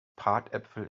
bratäpfel